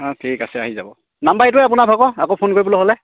অঁ ঠিক আছে আহি যাব নাম্বাৰ এইটোৱে আপোনাৰভাগৰ আকৌ ফোন কৰিবলৈ হ'লে